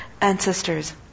ancestors